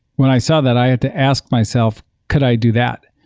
when i saw that, i had to ask myself, could i do that?